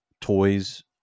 toys